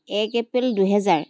এক এপ্ৰিল দুহেজাৰ